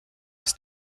his